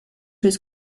his